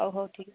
ହଉ ହଉ ଠିକ୍